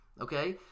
okay